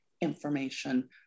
information